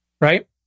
Right